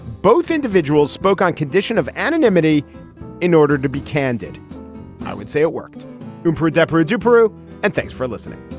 both individuals spoke on condition of anonymity in order to be candid i would say it worked um for deborah deborah and thanks for listening